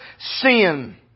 sin